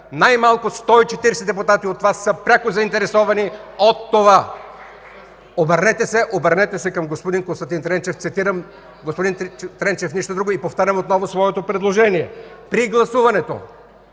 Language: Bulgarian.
Най-малко 140 депутати са пряко заинтересовани от това. (Шум и реплики.) Обърнете се към господин Константин Тренчев – цитирам господин Тренчев, нищо друго. Повтарям отново своето предложение: при гласуването